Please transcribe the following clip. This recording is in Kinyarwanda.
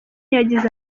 yagize